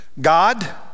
God